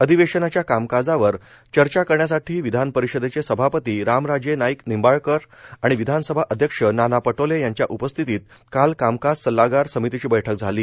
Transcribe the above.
अधिवेशनाच्या कामकाजावर चर्चा करण्यासाठी विधान परिषदेचे सभापती रामराजे नाईक निंबाळकर आणि विधानसभा अध्यक्ष नाना पटोले यांच्या उपस्थितीत काल कामकाज सल्लागार समितीची बछक झाली